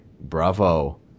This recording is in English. Bravo